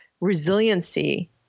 resiliency